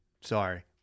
sorry